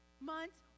months